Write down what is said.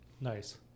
Nice